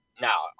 Now